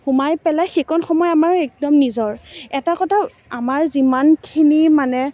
সোমাই পেলাই সেইকণ সময় আমাৰ একদম নিজৰ এটা কথা আমাৰ যিমানখিনি মানে